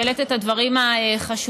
שהעלית את הדברים החשובים.